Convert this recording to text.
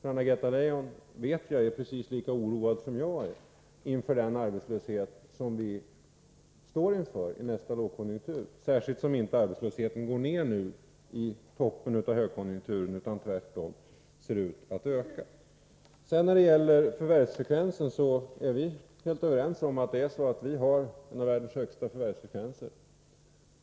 Jag vet att Anna-Greta Leijon är precis lika oroad som jag för den arbetslöshet som vi står inför nästa lågkonjunktur — särskilt eftersom inte arbetslösheten går ned nu i toppen av högkonjunkturen utan tvärtom ser ut att öka. När det sedan gäller förvärvsfrekvensen är vi helt ense om att vårt land har en av de högsta förvärvsfrekvenserna i världen.